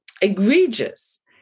egregious